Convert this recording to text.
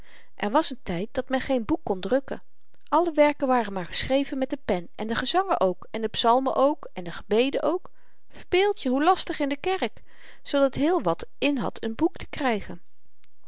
er was n tyd dat men geen boek kon drukken alle werken waren maar geschreven met de pen en de gezangen ook en de psalmen ook en de gebeden ook verbeeldje hoe lastig in de kerk zoodat het heel wat in had n boek te krygen